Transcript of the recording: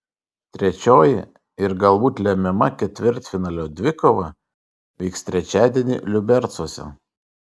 trečioji ir galbūt lemiama ketvirtfinalio dvikova vyks trečiadienį liubercuose